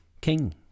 King